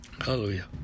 Hallelujah